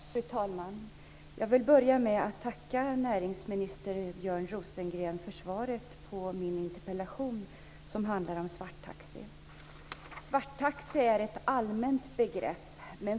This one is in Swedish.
Fru talman! Jag vill börja med att tacka näringsminister Björn Rosengren för svaret på min interpellation om svarttaxi. Svarttaxi är ett allmänt begrepp.